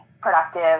productive